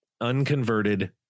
unconverted